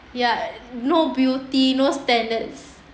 ya no beauty no standards